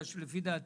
בגלל שלפי דעתי